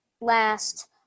last